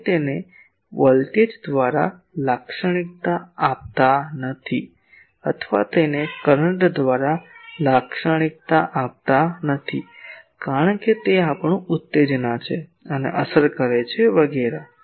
અમે તેને વોલ્ટેજ દ્વારા લાક્ષણિકતા આપતા નથી અથવા તેને કરંટ દ્વારા લાક્ષણિકતા આપતા નથી કારણ કે તે આપણું ઉત્તેજના છે અને અસર કરે છે વગેરે